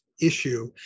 issue